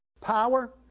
power